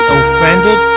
offended